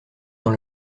dans